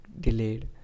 delayed